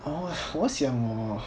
orh 我想哦